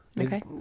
Okay